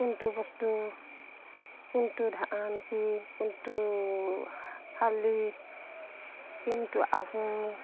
কোনটো বস্তু কোনটো ধান আনকি কোনটো শালি কোনটো আহু